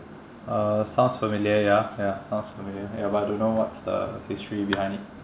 uh sounds familiar ya ya sounds familiar ya but I don't know what's the history behind it